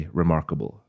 remarkable